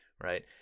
right